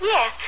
Yes